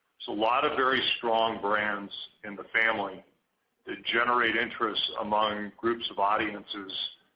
so lot of very strong brands in the family to generate interest among groups of audiences.